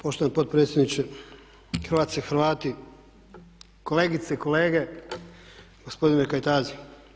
Poštovani potpredsjedniče, Hrvatice i Hrvati, kolegice i kolege, gospodine Kajtazi.